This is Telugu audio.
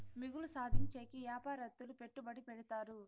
మిగులు సాధించేకి యాపారత్తులు పెట్టుబడి పెడతారు